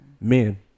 Men